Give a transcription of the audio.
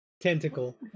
tentacle